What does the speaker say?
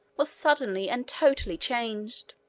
was suddenly and totally changed.